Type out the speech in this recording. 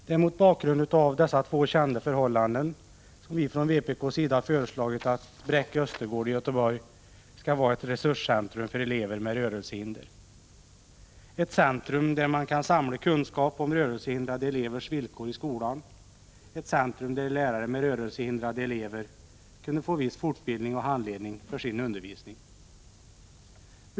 Det är mot bakgrund av dessa två kända förhållanden som vi från vpk:s sida föreslagit att Bräcke Östergård i Göteborg skall vara ett resurscentrum för elever med rörelsehinder. Det skulle kunna vara ett centrum där man kan samla kunskap om rörelsehindrade elevers villkor i skolan och där lärare med rörelsehindrade elever kunde få viss fortbildning och handledning för sin undervisning.